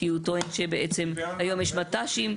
כי הוא טוען שבעצם היום יש מת"שים.